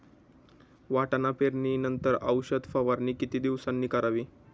वाटाणा पेरणी नंतर औषध फवारणी किती दिवसांनी करावी?